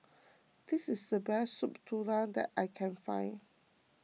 this is the best Soup Tulang that I can find